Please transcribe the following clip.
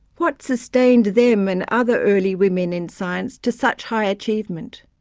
what sustained them and other early women in science to such high achievement?